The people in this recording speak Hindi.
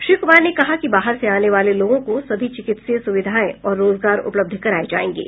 श्री कुमार ने कहा कि बाहर से आने वाले लोगों को सभी चिकित्सकीय सुविधाएं और रोजगार उपलब्ध कराये जायेंगे